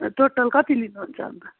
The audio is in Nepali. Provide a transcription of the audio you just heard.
टोटल कति लिनुहुन्छ अन्त